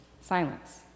silence